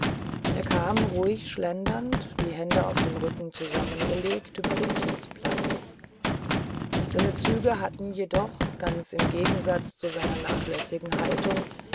er kam ruhig schlendernd die hände auf dem rücken zusammengelegt über den kiesplatz seine züge hatten jedoch ganz im gegensatze zu seiner nachlässigen haltung